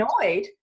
annoyed